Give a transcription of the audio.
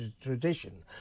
tradition